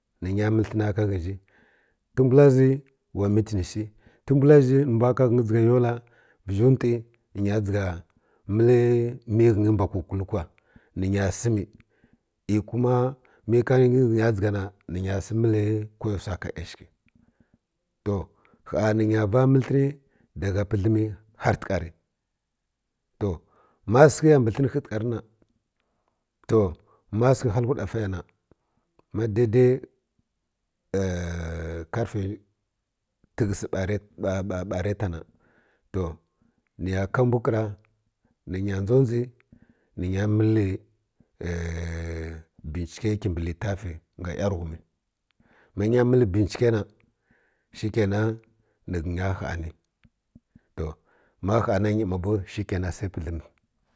Nə nya məl həna ka ghə nəi təmbula ba ira meeting shi təmbala za nə mbw ka ghə nyi dʒiga yola vəzhi ntwi nə ghə dʒiga məl miya ghə nyi mbw kukul kwa nə nya səmi iy kuma mə ghə nyi dʒiga nə nya səm məl kwa yo wsi ka yashəki lo gha nə nya va məl hən dagha pidləmi har kwa təkarə to ma səkəya mbi hən hətəkər rə na to ma səkə halwhi ɗafa ya na ma daidai karfə təghəs ba ba rəta na to niya ka mbwkiru nə nya dʒodʒi nə ghə nya mələ benchikə mbi litafi nga yanighum ma nya məl benchə kə na shi kenan nɨ nə ghə rya haani to ma haana nyi ma bod shi kena sai pədləmi.